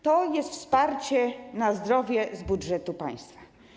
To jest wsparcie na zdrowie z budżetu państwa.